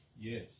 Yes